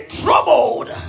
troubled